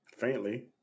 Faintly